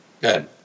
Good